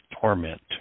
torment